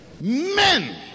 Men